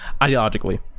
Ideologically